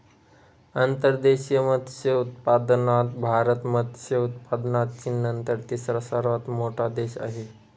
अंतर्देशीय मत्स्योत्पादनात भारत मत्स्य उत्पादनात चीननंतर तिसरा सर्वात मोठा देश आहे